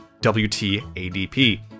WTADP